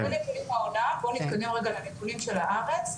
זה נתונים מהעולם, בוא נתקדם לנתונים מהארץ.